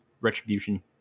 Retribution